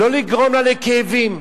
לא לגרום לה לכאבים,